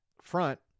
front